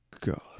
God